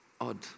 odd